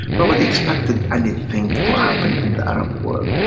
nobody expected anything to happen in the arab world.